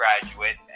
graduate